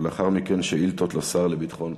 לאחר מכן, שאילתות לשר לביטחון פנים.